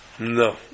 No